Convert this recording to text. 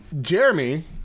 Jeremy